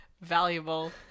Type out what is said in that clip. valuable